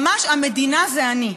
ממש המדינה זה אני.